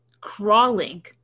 crawling